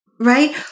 right